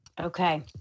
Okay